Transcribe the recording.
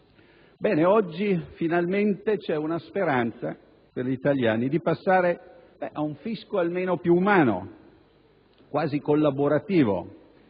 oggi finalmente c'è una speranza per gli italiani di passare ad un fisco almeno più umano, quasi collaborativo,